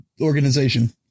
organization